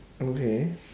okay